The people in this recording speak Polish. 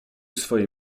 swoje